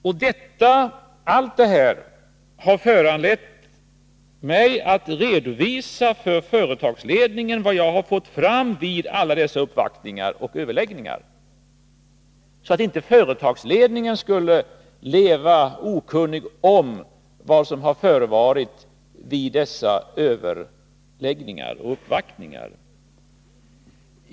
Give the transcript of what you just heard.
Och allt detta har föranlett mig att redovisa för företagsledningen vad jag har fått fram vid alla dessa uppvaktningar och överläggningar, så att inte företagsledningen skulle leva i okunnighet om vad som har förevarit vid dessa överläggningar och uppvaktningar.